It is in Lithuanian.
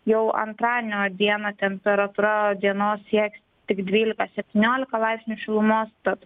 jau antradienio dieną temperatūra dienos sieks tik dvylika septyniolika laipsnių šilumos tad